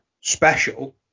special